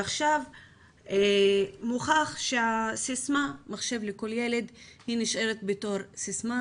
מוכח שהסיסמה מחשב לכל ילד נשארת כסיסמה